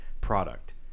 product